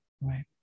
Right